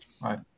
Right